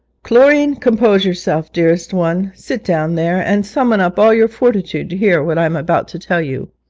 chlorine, compose yourself, dearest one sit down there, and summon up all your fortitude to hear what i am about to tell you.